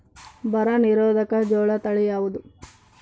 ಬರ ನಿರೋಧಕ ಜೋಳ ತಳಿ ಯಾವುದು?